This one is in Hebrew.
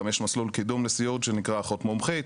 גם יש מסלול קידום לסיעוד שנקרא אחות מומחית.